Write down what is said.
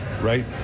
Right